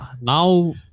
now